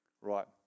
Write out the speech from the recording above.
Right